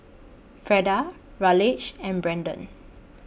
Freda Raleigh and Braedon